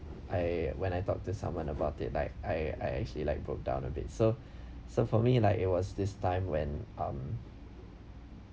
I when I talk to someone about it like I I actually like broke down a bit so so for me like it was this time when um